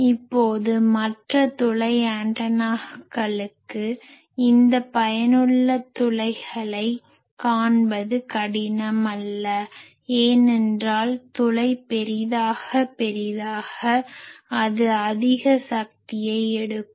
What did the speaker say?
இப்போது மற்ற துளை ஆண்டனாக்களுக்கு இந்த பயனுள்ள துளைகளைக் காண்பது கடினம் அல்ல ஏனென்றால் துளை பெரியதாக பெரியதாக அது அதிக சக்தியை எடுக்கும்